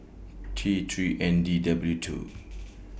T three N D W two